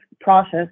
process